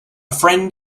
friend